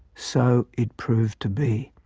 so it proved to be.